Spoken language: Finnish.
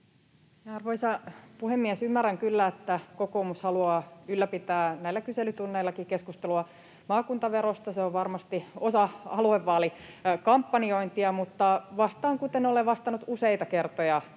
Arvoisa puhemies! Ymmärrän kyllä, että kokoomus haluaa ylläpitää näillä kyselytunneillakin keskustelua maakuntaverosta, se on varmasti osa aluevaalikampanjointia, mutta vastaan, kuten olen vastannut useita kertoja